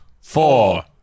four